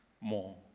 more